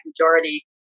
majority